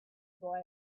boy